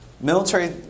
military